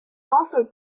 also